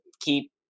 keep